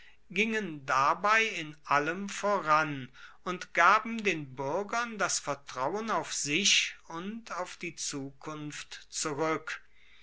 gingen dabei in allem voran und gaben den buergern das vertrauen auf sich und auf die zukunft zurueck